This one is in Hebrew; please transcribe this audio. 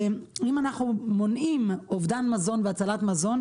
אם אנחנו מונעים אובדן מזון והצלת מזון,